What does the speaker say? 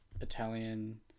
italian